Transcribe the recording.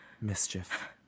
mischief